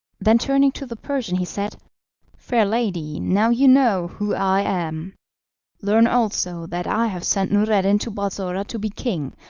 then turning to the persian he said fair lady, now you know who i am learn also that i have sent noureddin to balsora to be king,